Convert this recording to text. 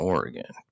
Oregon